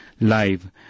live